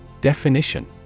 Definition